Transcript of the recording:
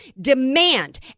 demand